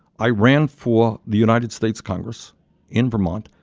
i ran for the united states congress in vermont.